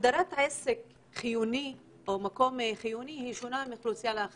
הגדרת עסק כחיוני או כמקום חיוני שונה מאוכלוסייה אחת לאחרת.